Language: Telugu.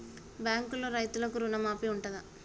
బ్యాంకులో రైతులకు రుణమాఫీ ఉంటదా?